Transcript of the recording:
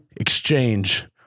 exchange